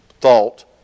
thought